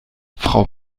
frau